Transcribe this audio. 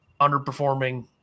underperforming